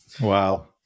Wow